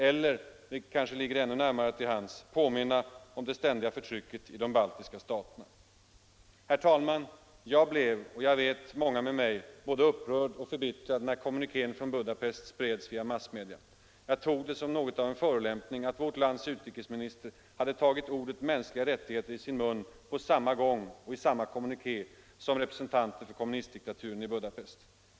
Eller — vilket kanske ligger ännu närmare till hands —- påminna om det ständiga förtrycket i de baltiska staterna. Herr talman! Jag blev — och jag vet många med mig — både upprörd och förbittrad när kommunikén från Budapest spreds via massmedia. Jag tog det som något av en förolämpning att vårt lands utrikesminister hade tagit ordet ”mänskliga rättigheter” i sin mun på samma gång och i samma kommuniké som representanter för kommunistdiktaturen i Budapest.